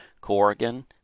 Corrigan